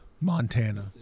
Montana